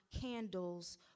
candles